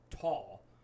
tall